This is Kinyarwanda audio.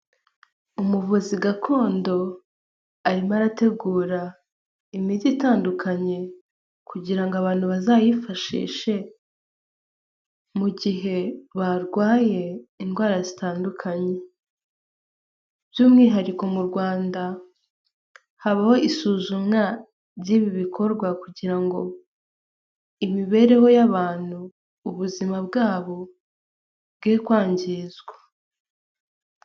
Umuvuzi gakondo, arimo arategura imiti itandukanye kugira ngo abantu bazayifashishe mu gihe barwaye indwara zitandukanye, by'umwihariko mu Rwanda habaho isuzumwa ry'ibi bikorwa kugira ngo imibereho y'abantu, ubuzima bwabo, bwe kwangizwa.